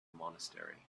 monastery